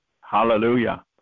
Hallelujah